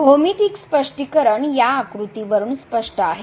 भौमितिक स्पष्टीकरण या आकृतीवरून स्पष्ट आहे